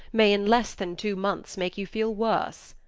may in less than two months make you feel worse.